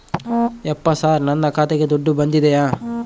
ಯಪ್ಪ ಸರ್ ನನ್ನ ಖಾತೆಗೆ ದುಡ್ಡು ಬಂದಿದೆಯ?